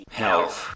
health